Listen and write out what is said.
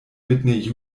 whitney